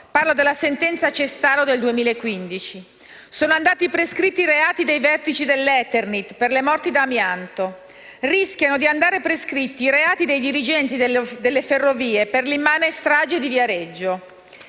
cosiddetta sentenza Cestaro del 2015). Sono andati prescritti i reati dei vertici dell'Eternit per le morti da amianto e rischiano di andare prescritti i reati dei dirigenti delle Ferrovie dello Stato italiane per l'immane strage di Viareggio.